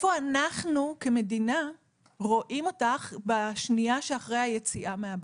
איפה אנחנו כמדינה רואים אותך בשנייה שלאחר היציאה מהבית?